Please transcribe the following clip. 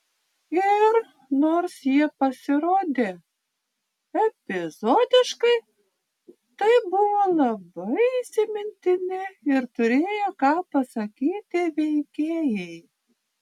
ir nors jie pasirodė epizodiškai tai buvo labai įsimintini ir turėję ką pasakyti veikėjai